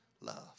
love